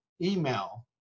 email